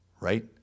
right